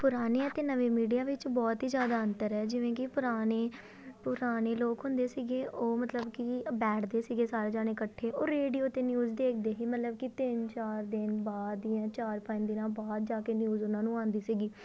ਪੁਰਾਣੇ ਅਤੇ ਨਵੇਂ ਮੀਡੀਆ ਵਿੱਚ ਬਹੁਤ ਹੀ ਜ਼ਿਆਦਾ ਅੰਤਰ ਹੈ ਜਿਵੇਂ ਕਿ ਪੁਰਾਣੇ ਪੁਰਾਣੇ ਲੋਕ ਹੁੰਦੇ ਸੀਗੇ ਉਹ ਮਤਲਬ ਕਿ ਬੈਠਦੇ ਸੀਗੇ ਸਾਰੇ ਜਾਣੇ ਇਕੱਠੇ ਉਹ ਰੇਡੀਓ 'ਤੇ ਨਿਊਜ਼ ਦੇਖਦੇ ਸੀ ਮਤਲਬ ਕਿ ਤਿੰਨ ਚਾਰ ਦਿਨ ਬਾਅਦ ਜਾਂ ਚਾਰ ਪੰਜ ਦਿਨਾਂ ਬਾਅਦ ਜਾ ਕੇ ਨਿਊਜ਼ ਉਹਨਾਂ ਨੂੰ ਆਉਂਦੀ ਸੀਗੀ